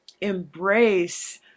embrace